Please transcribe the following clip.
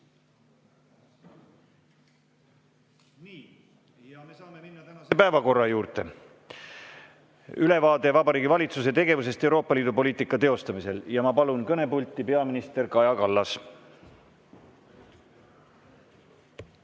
päevakorra juurde. Ülevaade Vabariigi Valitsuse tegevusest Euroopa Liidu poliitika teostamisel. Ma palun kõnepulti peaminister Kaja Kallase.